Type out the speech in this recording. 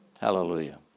Hallelujah